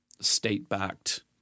state-backed